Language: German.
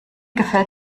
gefällt